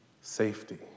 Safety